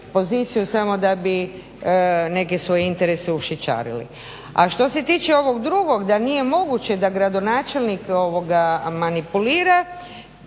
samo da bi neke svoje interese ušićarili. A što se tiče ovog drugog da nije moguće da gradonačelnik manipulira